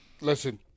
listen